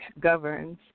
governs